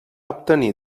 obtenir